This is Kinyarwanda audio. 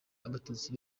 abatutsi